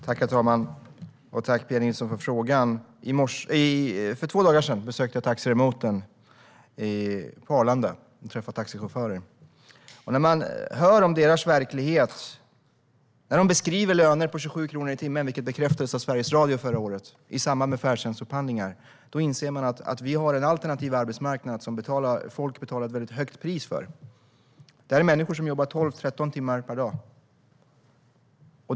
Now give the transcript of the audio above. Herr talman! Tack för frågan! För två dagar sedan besökte jag taxiremoten på Arlanda och träffade taxichaufförer. När man hör om deras verklighet, när de beskriver löner på 27 kronor i timmen, vilket bekräftades av Sveriges Radio förra året i samband med färdtjänstupphandlingar, inser man att vi har en alternativ arbetsmarknad som folk betalar ett väldigt högt pris för. Det här är människor som jobbar tolv tretton timmar per dag.